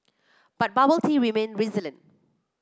but bubble tea remain resilient